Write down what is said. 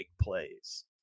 plays